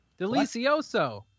Delicioso